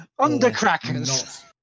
undercrackers